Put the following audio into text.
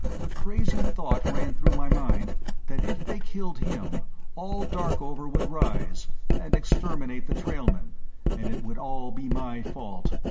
the crazy thought ran through my mind that if they killed him all darkover would rise and exterminate the trailmen and it would all be my fault.